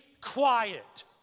quiet